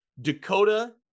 Dakota